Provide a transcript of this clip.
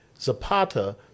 Zapata